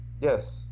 yes